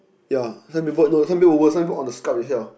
ya some people no some people even worst some even on the scalp itself